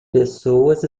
pessoas